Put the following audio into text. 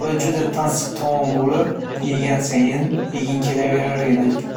Va juda tansiq taom bo'lib yegan sayin yeging kelaverar edi.